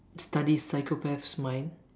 study Psychopath's minds